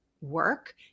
work